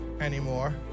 anymore